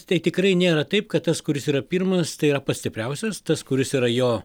tai tikrai nėra taip kad tas kuris yra pirmas tai yra pats stipriausias tas kuris yra jo